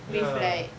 ya